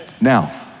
Now